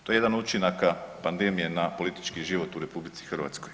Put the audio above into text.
To je jedan od učinaka pandemije na politički život u RH.